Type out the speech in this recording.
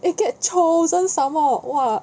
you get chosen some more !wah!